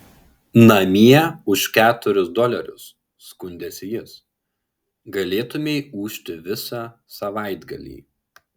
namie už keturis dolerius skundėsi jis galėtumei ūžti visą savaitgalį